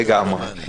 לגמרי.